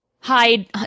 Hide